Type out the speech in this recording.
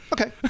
okay